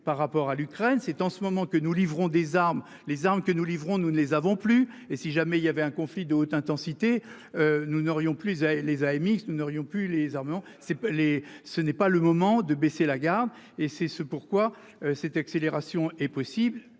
par rapport à l'Ukraine. C'est en ce moment que nous livrons des armes les armes que nous livrons, nous ne les avons plus et si jamais il y avait un conflit de haute intensité. Nous n'aurions plus les AMX nous n'aurions pu les armements c'est les. Ce n'est pas le moment de baisser la garde et c'est ce pourquoi cette accélération est possible.